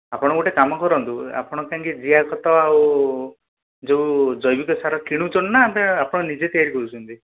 ଆପଣ ଗୋଟେ କାମ କରନ୍ତୁ ଆପଣ କାହିଁକି ଜିଆ ଖତ ଆଉ ଯୋଉ ଜୈବିକ ସାର କିଣୁଛନ୍ତି ନା ଆପଣ ନିଜେ ତିଆରି କରୁଛନ୍ତି